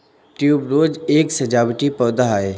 tuberose एक सजावटी पौधा है